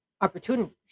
opportunities